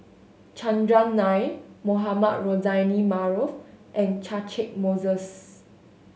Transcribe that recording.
Chandran Nair Mohamed Rozani Maarof and Catchick Moses